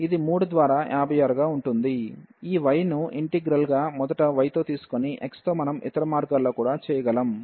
ఇది 3 ద్వారా 56 గా ఉంటుంది ఈ y ను ఇంటిగ్రల్ గా మొదట y తో తీసుకొని x తో మనం ఇతర మార్గాల్లో కూడా చేయగలం